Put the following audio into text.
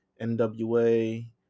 NWA